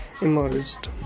emerged